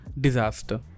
disaster